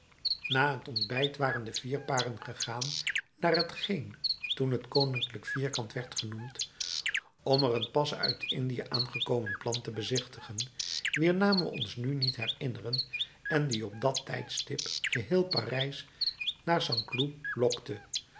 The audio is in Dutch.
na het ontbijt waren de vier paren gegaan naar hetgeen toen het koninklijk vierkant werd genoemd om er een pas uit indië aangekomen plant te bezichtigen wier naam we ons nu niet herinneren en die op dat tijdstip geheel parijs naar st cloud lokte